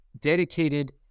dedicated